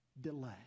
delay